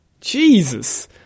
Jesus